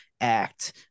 Act